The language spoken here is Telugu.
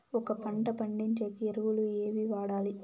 ఒక పంట పండించేకి ఎరువులు ఏవి వాడాలి?